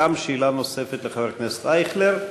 וגם שאלה נוספת לחבר הכנסת אייכלר,